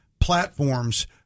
platforms